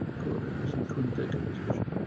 corbyn just couldn't take a position.